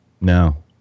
no